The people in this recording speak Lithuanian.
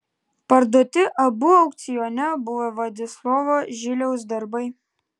parduoti abu aukcione buvę vladislovo žiliaus darbai